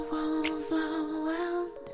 overwhelmed